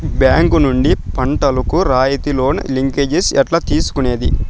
Bank నుండి పంటలు కు రాయితీ లోను, లింకేజస్ ఎట్లా తీసుకొనేది?